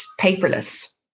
paperless